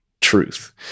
truth